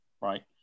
right